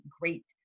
great